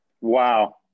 Wow